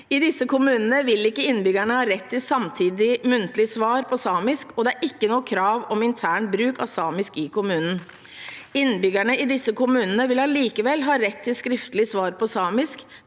I disse kommunene vil ikke innbyggerne ha rett til samtidig muntlig svar på samisk, og det er ikke noe krav om intern bruk av samisk i kommunen. Innbyggerne i disse kommunene vil allikevel ha rett til skriftlig svar på samisk,